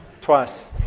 Twice